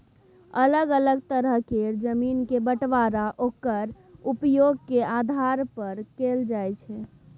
अलग अलग तरह केर जमीन के बंटबांरा ओक्कर उपयोग के आधार पर कएल जाइ छै